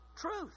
truth